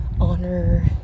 honor